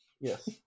Yes